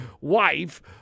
wife